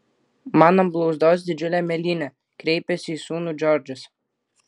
man ant blauzdos didžiulė mėlynė kreipėsi į sūnų džordžas